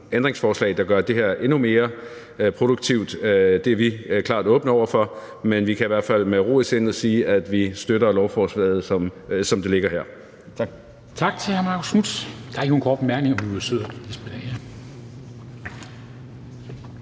ændringsforslag, der gør det her endnu mere produktivt. Det er vi klart åbne over for, men vi kan i hvert fald med ro i sindet sige, at vi støtter lovforslaget, som det ligger her.